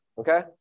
okay